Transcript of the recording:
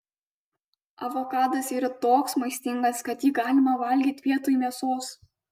avokadas yra toks maistingas kad jį galima valgyti vietoj mėsos